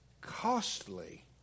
costly